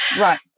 Right